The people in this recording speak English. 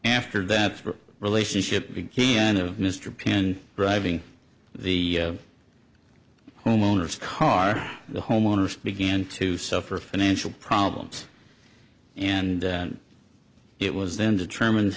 after that relationship began of mr penn driving the homeowners car the homeowners began to suffer financial problems and it was then determine